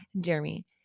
Jeremy